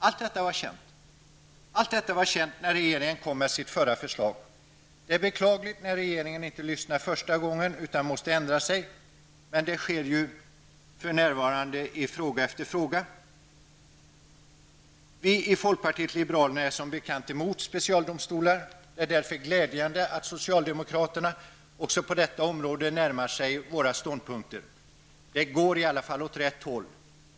Allt detta var känt när regeringen lade fram sitt förra förslag. Det är beklagligt när regeringen inte lyssnar första gången utan måste ändra sig. Men det sker ju för närvarande i fråga efter fråga. Vi i folkpartiet liberalerna är som bekant emot specialdomstolar. Det är därför glädjande att socialdemokraterna också på detta område närmar sig våra ståndpunkter. Det går i alla fall åt rätt håll.